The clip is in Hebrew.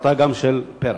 הפרטה גם של פר"ח.